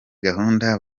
gahunda